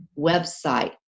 website